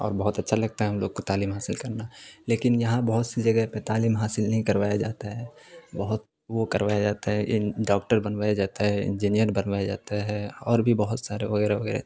اور بہت اچھا لگتا ہے ہم لوگ کو تعلیم حاصل کرنا لیکن یہاں بہت سی جگہ پہ تعلیم حاصل نہیں کروایا جاتا ہے بہت وہ کروایا جاتا ہے ڈاکٹر بنوایا جاتا ہے انجینئر بنوایا جاتا ہے اور بھی بہت سارے وغیرہ وغیرہ